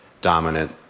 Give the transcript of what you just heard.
dominant